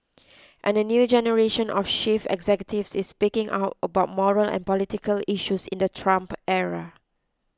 and a new generation of chief executives is speaking out about moral and political issues in the Trump era